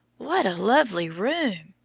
what a lovely room,